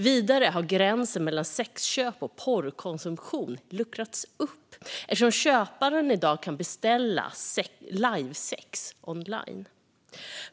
Vidare har gränsen mellan sexköp och porrkonsumtion luckrats upp eftersom köparen i dag kan beställa livesex online.